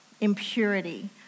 impurity